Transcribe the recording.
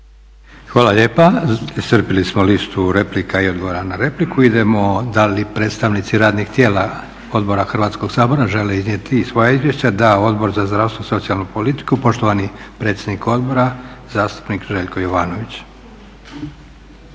Hvala lijepa, iscrpili smo listu replika i odgovora na repliku. Idemo, da li predstavnici radnih tijela odbora Hrvatskog sabora žele iznijeti svoja izvješća? Da, Odbor za zdravstvo, socijalnu politiku, poštovani predsjednik Odbora zastupnik Željko Jovanović.